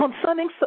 Concerning